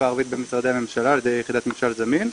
הערבית במשרדי הממשלה על ידי יחידת ממשל זמין,